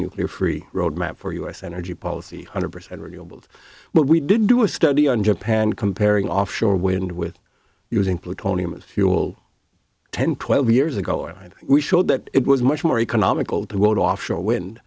nuclear free roadmap for us energy policy hundred percent renewable but we didn't do a study on japan comparing offshore wind with using plutonium a fuel ten twelve years ago and we showed that it was much more economical to go to offshore wind